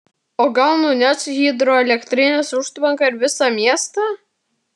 o gal nuneš hidroelektrinės užtvanką ir visą miestą